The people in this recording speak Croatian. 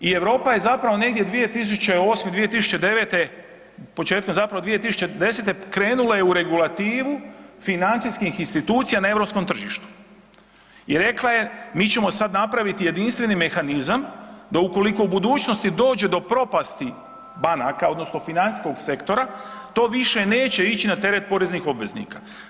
I Europa je zapravo negdje 2008.-2009., početkom zapravo 2010. krenula je u regulativu financijskih institucija na europskom tržištu i rekla je mi ćemo sad napraviti jedinstveni mehanizam da ukoliko u budućnosti dođe do propasti banaka odnosno financijskog sektora to više neće ići na teret poreznih obveznika.